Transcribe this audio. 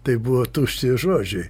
tai buvo tušti žodžiai